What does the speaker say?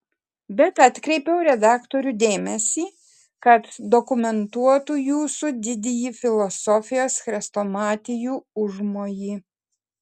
bet atkreipiau redaktorių dėmesį kad dokumentuotų jūsų didįjį filosofijos chrestomatijų užmojį